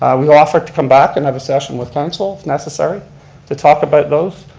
we offer to come back and have a session with council if necessary to talk about those.